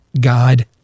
God